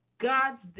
God's